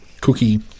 cookie